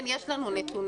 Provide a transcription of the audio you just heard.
כן, יש לנו נתונים.